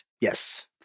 Yes